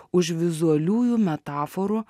už vizualiųjų metaforų